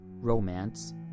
romance